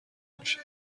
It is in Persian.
میشه